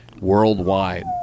worldwide